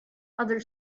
other